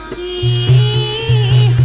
e.